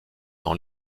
dans